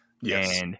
Yes